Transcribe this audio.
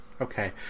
Okay